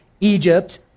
Egypt